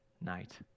night